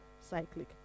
cyclic